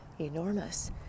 enormous